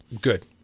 good